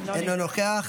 אינו נוכח.